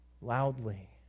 loudly